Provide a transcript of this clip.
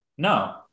No